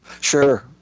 Sure